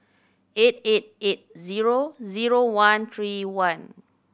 eight eight eight zero zero one three one